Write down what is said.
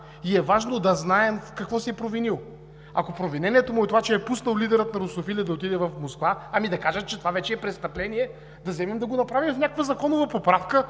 и е важно да знаем в какво се е провинил! Ако провинението му е това, че е пуснал лидера на „Русофили“ да отиде в Москва – ами да кажат, че това вече е престъпление, да вземем да го направим в някаква законова поправка,